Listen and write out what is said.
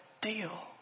deal